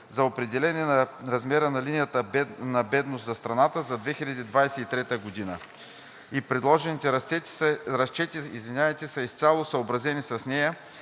за определяне на размера на линията на бедност за страната за 2023 г. и предложените разчети са изцяло съобразени с нея.